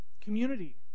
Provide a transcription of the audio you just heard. Community